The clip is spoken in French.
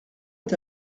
est